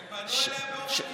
הם פנו אליה באופן אישי, זאב.